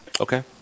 Okay